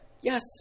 yes